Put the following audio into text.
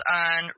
on